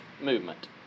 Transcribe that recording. movement